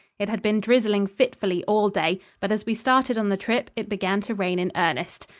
it had been drizzling fitfully all day, but as we started on the trip, it began to rain in earnest.